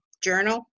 journal